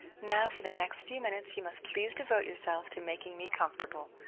now for the next few minutes you must please devote yourself to making me comfortable.